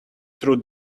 through